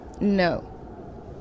No